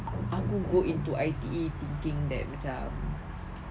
aku go into I_T_E thinking that macam